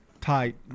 tight